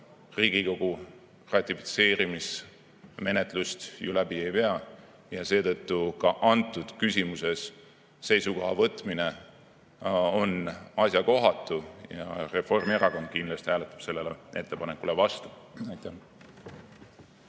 Riigikogu ratifitseerimismenetlust läbi ei vii ja seetõttu on antud küsimuses seisukoha võtmine asjakohatu. Reformierakond kindlasti hääletab selle ettepaneku vastu. Aitäh!